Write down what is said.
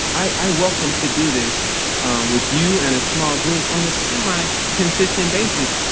i welcome to do this with you and a small group on a semi consistent basis.